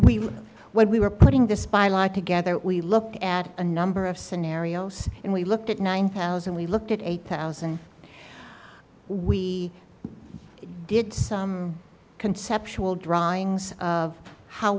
would when we were putting this by like together we look at a number of scenarios and we looked at nine thousand we looked at eight thousand we i did some conceptual drawings of how